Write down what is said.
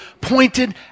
pointed